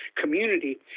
community